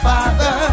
Father